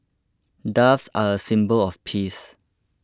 doves are a symbol of peace